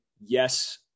yes